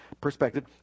perspective